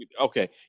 Okay